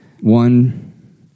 One